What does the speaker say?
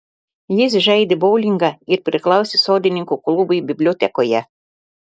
jis žaidė boulingą ir priklausė sodininkų klubui bibliotekoje